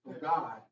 God